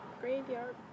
graveyard